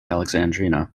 alexandrina